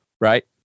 right